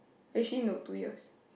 actually no two years